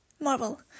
Marvel